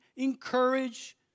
Encourage